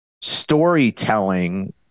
storytelling